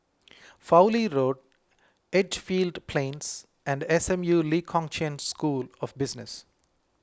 Fowlie Road Edgefield Plains and S M U Lee Kong Chian School of Business